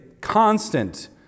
constant